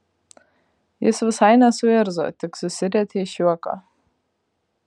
jis visai nesuirzo tik susirietė iš juoko